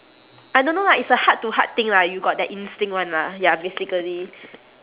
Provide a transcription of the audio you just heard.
I don't know lah it's a heart to heart thing lah you got that instinct [one] lah ya basically